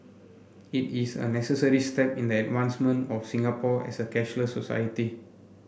it is a necessary step in the advancement of Singapore as a cashless society